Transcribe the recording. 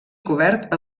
cobert